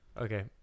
Okay